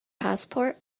passport